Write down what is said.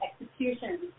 execution